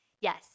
Yes